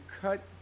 cut